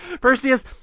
Perseus